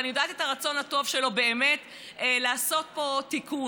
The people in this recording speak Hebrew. ואני יודעת שיש לו רצון טוב באמת לעשות פה תיקון.